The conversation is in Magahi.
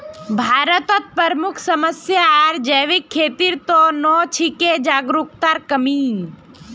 भारतत प्रमुख समस्या आर जैविक खेतीर त न छिके जागरूकतार कमी